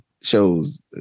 shows